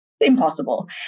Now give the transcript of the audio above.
impossible